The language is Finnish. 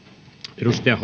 arvoisa herra